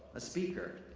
a speaker.